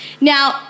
Now